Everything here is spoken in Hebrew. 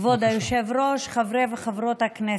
כבוד היושב-ראש, חברי וחברות הכנסת,